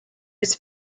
his